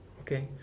Okay